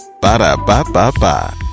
ba-da-ba-ba-ba